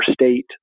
state